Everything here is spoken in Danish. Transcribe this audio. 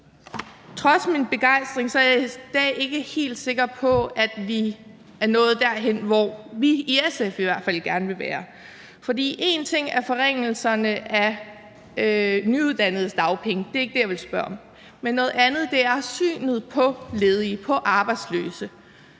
trods min begejstring er jeg i dag ikke helt sikker på, at vi er nået derhen, hvor vi i SF i hvert fald gerne vil være. For én ting er forringelserne af nyuddannedes dagpenge – det er ikke det, jeg vil spørge om – men noget andet er synet på ledige, på arbejdsløse,